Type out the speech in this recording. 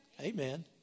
Amen